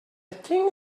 think